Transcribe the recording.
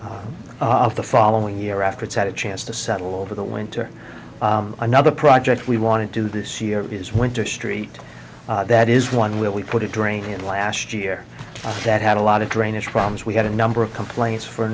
the following year after it's had a chance to settle over the winter another project we want to do this year is winter street that is one where we put a drain in last year that had a lot of drainage problems we had a number of complaints for a